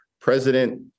President